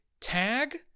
Tag